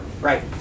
right